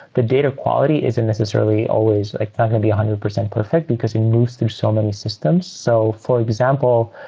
the data quality isn't necessarily always it's not going to be a hundred percent perfect because it moves through so many systems. so for example,